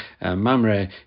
Mamre